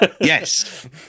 Yes